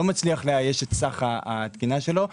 לא מצליחים לאייש את סך התקינה שלהם,